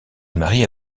marie